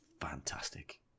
fantastic